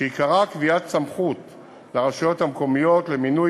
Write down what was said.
שעיקרה קביעת סמכות לרשויות המקומיות למינוי